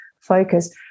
focus